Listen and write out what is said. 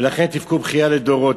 ולכן תבכו בכייה לדורות.